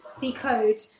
decode